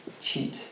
cheat